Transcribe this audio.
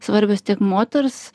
svarbios tiek moters